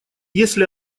если